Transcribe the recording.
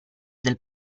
del